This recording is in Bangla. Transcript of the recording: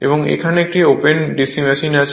এবং এখানে একটি ওপেন DC মেশিন আছে